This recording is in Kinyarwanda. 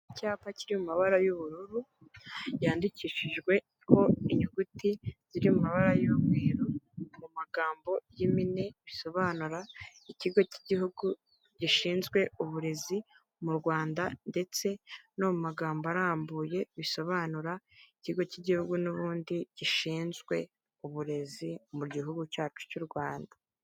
Icyapa kiri mu mabara y'ubururu yandikishijweho inyuguti ziri mu mabara y'umweru, mu magambo y' impine bisobanura, ikigo cy'igihugu gishinzwe uburezi mu Rwanda ndetse no mu magambo arambuye bisobanura, ikigo cy'igihugu n'ubundi gishinzwe uburezi mu gihugu cyacu cy'u Rwanda.